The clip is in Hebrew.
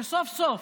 שסוף-סוף,